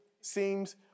seems